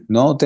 no